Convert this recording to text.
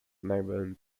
named